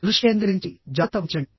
దృష్టి కేంద్రీకరించండి జాగ్రత్త వహించండి